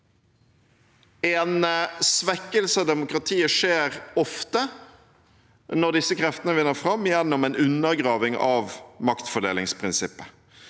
En svekkelse av demokratiet skjer ofte når disse kreftene vinner fram gjennom en undergraving av maktfordelingsprinsippet,